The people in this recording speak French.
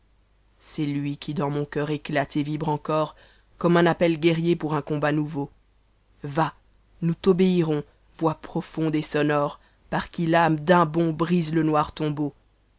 c'est lui qui dans mon coeur éclate et vibre encore comme un appe guerrier pour un combat nouveau va nous t'obéirons voix profonde et sonore par qui t'âme d'un bond brise le noir tombeau